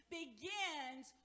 begins